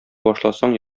башласаң